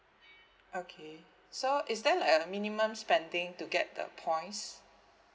okay so is there like a minimum spending to get the points